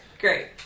Great